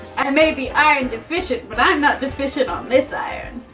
i may be iron deficient but i'm not deficient on this iron.